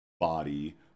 body